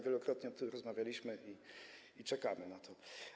Wielokrotnie o tym rozmawialiśmy i czekamy na to.